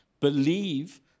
Believe